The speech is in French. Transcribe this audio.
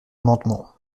amendement